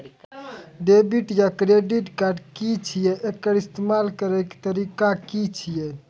Debit या credit card की छियै? एकर इस्तेमाल करैक तरीका की छियै?